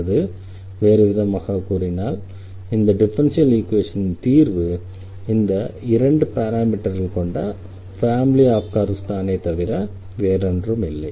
அல்லது வேறுவிதமாகக் கூறினால் இந்த டிஃபரன்ஷியல் ஈக்வேஷனின் தீர்வு இந்த இரண்டு பாராமீட்டர்கள் கொண்ட ஃபேமிலி ஆஃப் கர்வ்ஸ் தானே தவிர வேறொன்றுமில்லை